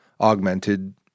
augmented